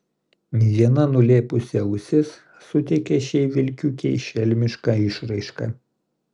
viena nulėpusi ausis suteikia šiai vilkiukei šelmišką išraišką